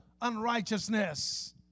unrighteousness